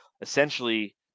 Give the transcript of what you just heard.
essentially